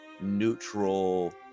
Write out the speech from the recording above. neutral